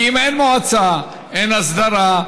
כי אם אין מועצה אין הסדרה,